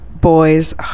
boys